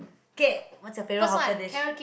okay what's your favorite hawker dish